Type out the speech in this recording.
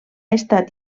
estat